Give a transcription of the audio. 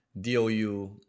DOU